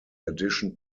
addition